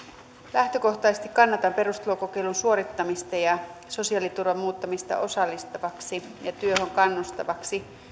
lähtökohtaisesti kannatan perustulokokeilun suorittamista ja sosiaaliturvan muuttamista osallistavaksi ja työhön kannustavaksi